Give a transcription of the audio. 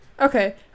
Okay